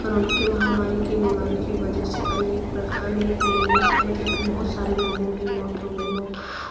corona की महामारी की बीमारी की वजह से अनेक प्र अनेक लोगों क मतलब की बहुत सारे लोगों की मौत हो गई मौत